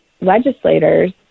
legislators